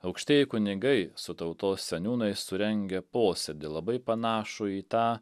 aukštieji kunigai su tautos seniūnais surengė posėdį labai panašų į tą